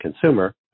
consumer